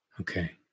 Okay